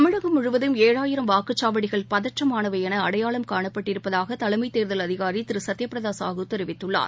தமிழகம் முழுவதும் ஏழாயிரம் வாக்குச்சாவடிகள் பதற்றமானவை என அடையாளம் காணப்பட்டிருப்பதாக தேர்தல் அதிகாரி தலைமைத் திரு சத்ய பிரத சாஹூ தெரிவித்துள்ளார்